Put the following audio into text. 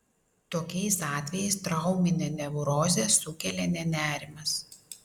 tokiais atvejais trauminę neurozę sukelia ne nerimas